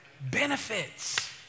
Benefits